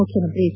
ಮುಖ್ಚಮಂತ್ರಿ ಎಚ್